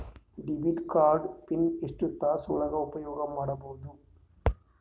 Debit card pin ಎಷ್ಟ ತಾಸ ಒಳಗ ಉಪಯೋಗ ಮಾಡ್ಬಹುದು?